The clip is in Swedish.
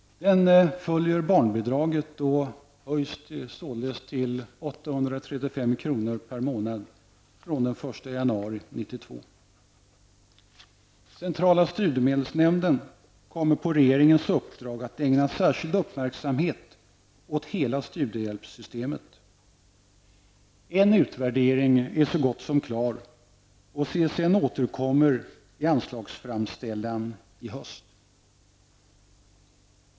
Den följer barnbidraget och höjs således till 835 kr. per månad den 1 januari 1992. Centrala studiemedelsnämnden kommer på regeringens uppdrag att ägna särskild uppmärksamhet åt hela studiehjälpssystemet. En utvärdering är så gott som klar. CSN återkommer i anslagsframställan i höst.